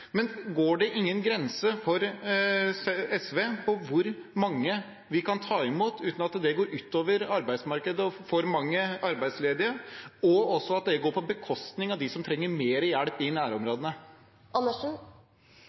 Men går det ingen grense for SV for hvor mange vi kan ta imot uten at det går ut over arbeidsmarkedet, med for mange arbeidsledige – og også at det går på bekostning av dem som trenger mer hjelp i